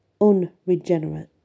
unregenerate